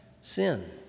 sin